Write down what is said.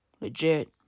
Legit